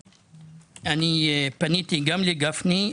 פניתי גם לגפני,